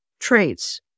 traits